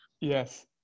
Yes